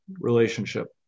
relationship